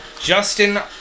Justin